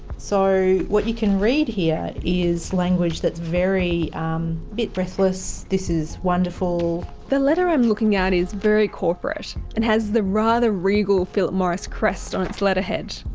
so what you can read here is language that's very, um. a bit breathless, this is wonderful. the letter i'm looking at is very corporate and has the rather regal philip morris crest on its letterhead.